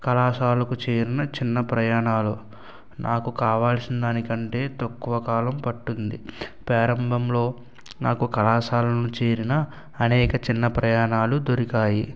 కళాశాలకు చేరిన చిన్న ప్రయాణాలు నాకు కావలసిన దానికంటే తక్కువ కాలం పట్టింది ప్రారంభంలో నాకు కళాశాలను చేరిన అనేక చిన్న ప్రయాణాలు దొరికాయి